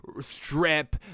strip